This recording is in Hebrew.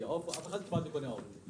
אף אחד כבר לא קונה עוף.